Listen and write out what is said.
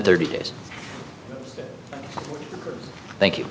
thirty days thank you